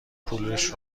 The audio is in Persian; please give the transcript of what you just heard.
پولش